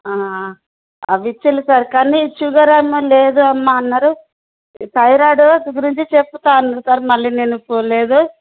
అవి ఇచ్చారు సార్ కానీ షుగర్ ఏమీ లేదు అమ్మా అన్నారు తైరాయిడు గురించి చెప్పుతా అన్నాడు సార్ మళ్లీ నేను పోలేదు